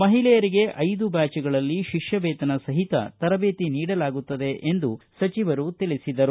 ಮಹಿಳೆಯರಿಗೆ ಐದು ಬ್ಬಾಚ್ಗಳಲ್ಲಿ ಶಿಷ್ಟವೇತನ ಸಹಿತ ತರಬೇತಿ ನೀಡಲಾಗುತ್ತದೆ ಎಂದು ಸಚಿವರು ತಿಳಿಸಿದರು